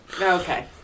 Okay